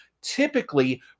typically